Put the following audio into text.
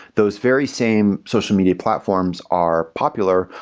those very same social media platforms are popular,